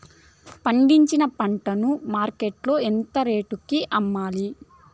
పండించిన పంట ను మార్కెట్ లో ఎంత రేటుకి అమ్మాలి?